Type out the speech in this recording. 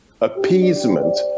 appeasement